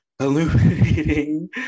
Illuminating